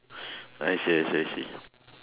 I see I see I see I see